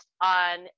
on